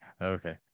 Okay